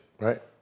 right